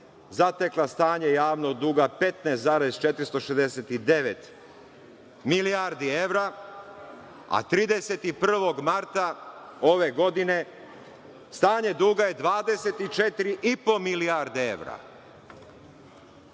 zatekla stanje javnog duga 15,469 milijardi evra, a 31. marta ove godine, stanje duga je 24,5 milijarde evra.